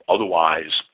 Otherwise